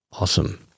Awesome